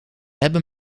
hebben